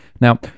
now